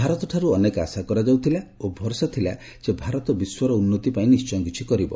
ଭାରତଠାରୁ ଅନେକ ଆଶା କରାଯାଉଥିଲା ଓ ଭରସା ଥିଲା ଯେ ଭାରତ ବିଶ୍ୱର ଉନ୍ନତି ପାଇଁ ନିଶ୍ଚୟ କିଛି କରିବ